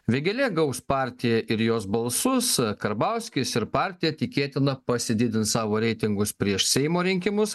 vėgėlė gaus partiją ir jos balsus karbauskis ir partija tikėtina pasididins savo reitingus prieš seimo rinkimus